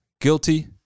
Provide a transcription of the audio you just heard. guilty